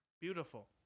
Beautiful